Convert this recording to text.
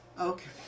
Okay